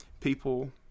people